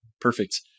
perfect